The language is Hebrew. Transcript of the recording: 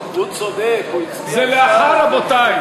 רק ההסתייגות,